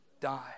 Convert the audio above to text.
die